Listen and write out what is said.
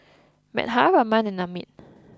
Medha Raman and Amit